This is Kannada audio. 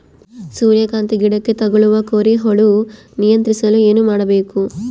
ಸೂರ್ಯಕಾಂತಿ ಗಿಡಕ್ಕೆ ತಗುಲುವ ಕೋರಿ ಹುಳು ನಿಯಂತ್ರಿಸಲು ಏನು ಮಾಡಬೇಕು?